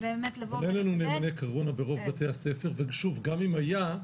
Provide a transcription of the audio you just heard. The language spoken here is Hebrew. ברוב בתי הספר אין נאמן קורונה ואם היה,